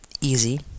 easy